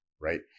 Right